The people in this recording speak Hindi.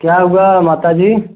क्या हुआ माता जी